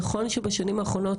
נכון שבשנים האחרונות,